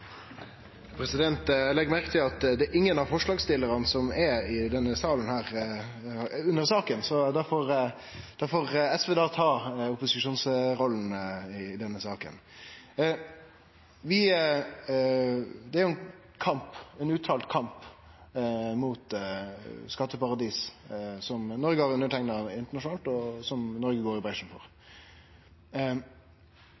replikkordskifte. Eg legg merke til at ingen av forslagsstillarane til denne saka er her i salen. Da får SV ta opposisjonsrolla i denne saka. Det er ein uttala kamp mot skatteparadis der Noreg har underteikna internasjonalt, og som Noreg går i bresjen for.